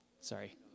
sorry